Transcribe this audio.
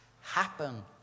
happen